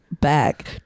back